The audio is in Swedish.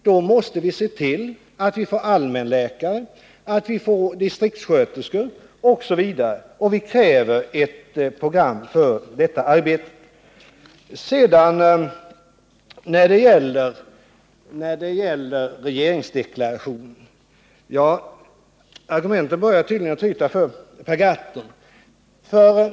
Då måste vi se till att vi får allmänläkare, att vi får distriktssköterskor osv. Vi kräver ett program för detta arbete. När det sedan gäller frågan om regeringsdeklarationen så börjar argumenten tydligen tryta för Per Gahrton.